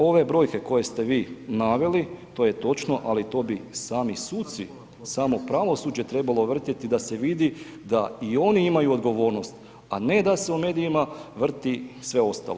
Ove brojke koje ste vi naveli, to je točno ali to bi sami suci, samo pravosuđe trebalo vrtjeti da se vidi da i oni imaju odgovornosti a ne da se u medijima vrti sve ostalo.